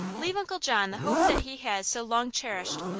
leave uncle john the hope that he has so long cherished.